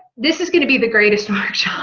this is going to be the greatest march job.